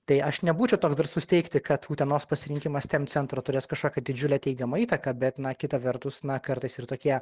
tai aš nebūčiau toks drąsus teigti kad utenos pasirinkimas steam centro turės kažkokią didžiulę teigiamą įtaką bet na kita vertus na kartais ir tokie